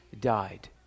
died